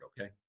okay